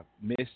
miss